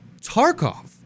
Tarkov